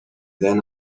then